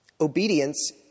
Obedience